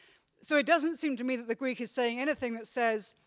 so it doesn't seem to me that the greek is saying anything that says,